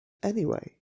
anyway